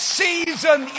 season